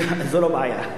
זו לא בעיה.